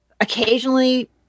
occasionally